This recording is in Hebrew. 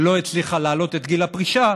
שלא הצליחה להעלות את גיל הפרישה,